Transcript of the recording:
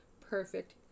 perfect